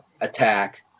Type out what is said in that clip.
attack